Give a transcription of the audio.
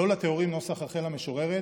לא לטהורים נוסח רחל המשוררת